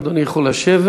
אדוני יכול לשבת,